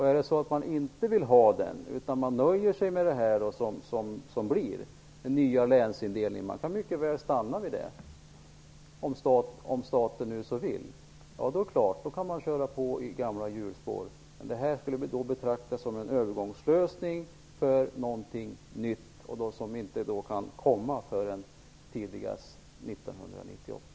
Är det så att man inte vill ha den utan nöjer sig med den nya länsindelning som nu blir - man kan mycket väl stanna vid det, om staten så vill - då kan man förstås köra på i gamla hjulspår. Men det här skulle betraktas som en övergångslösning till någonting nytt som inte kan komma förrän tidigast 1998.